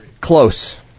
Close